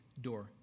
door